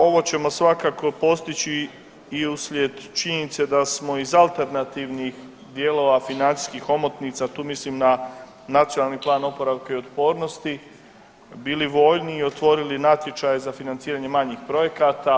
Ovo ćemo svakako postići i uslijed činjenice da smo iz alternativnih dijelova financijskih omotnica, tu mislim na Nacionalni plan oporavka i otpornosti bili voljni i otvorili natječaje za financiranje manjih projekata.